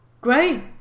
great